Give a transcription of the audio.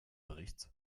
berichts